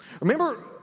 remember